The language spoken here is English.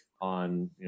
on